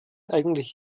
eigentlich